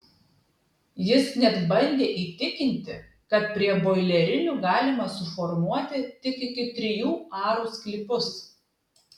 jis net bandė įtikinti kad prie boilerinių galima suformuoti tik iki trijų arų sklypus